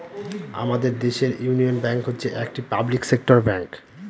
আমাদের দেশের Union Bank হচ্ছে একটি পাবলিক সেক্টর ব্যাঙ্ক